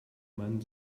meinen